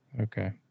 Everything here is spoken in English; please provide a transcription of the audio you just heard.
Okay